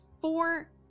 four